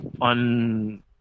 on